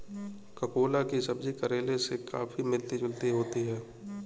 ककोला की सब्जी करेले से काफी मिलती जुलती होती है